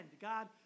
God